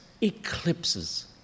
eclipses